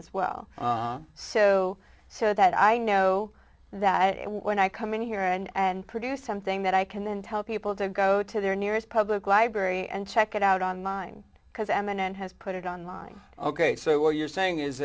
as well so so that i know that when i come in here and and produce something that i can then tell people to go to their nearest public library and check it out on line because eminent has put it on my ok so what you're saying is